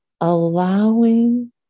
allowing